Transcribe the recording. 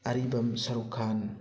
ꯑꯔꯤꯕꯝ ꯁꯔꯨꯛ ꯈꯥꯟ